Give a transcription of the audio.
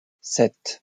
sept